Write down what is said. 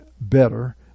better